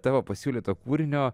tavo pasiūlyto kūrinio